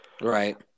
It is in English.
Right